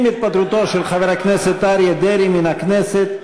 עם התפטרותו של חבר הכנסת אריה דרעי מן הכנסת,